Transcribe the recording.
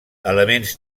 elements